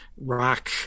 rock